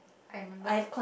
I remember